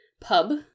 pub